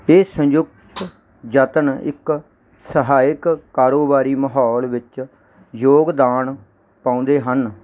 ਇਹ ਸੰਯੁਕਤ ਯਤਨ ਇੱਕ ਸਹਾਇਕ ਕਾਰੋਬਾਰੀ ਮਾਹੌਲ ਵਿੱਚ ਯੋਗਦਾਨ ਪਾਉਂਦੇ ਹਨ